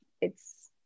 it's-